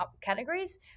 categories